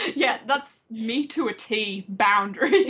yeah, that's me to a tee. boundary.